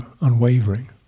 unwavering